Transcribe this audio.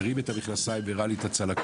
הרים את המכנסיים והראה לי את הצלקות.